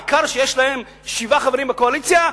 העיקר שיש להם תשעה חברים בקואליציה,